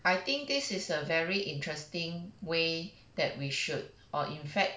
I think this is a very interesting way that we should or in fact